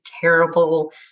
terrible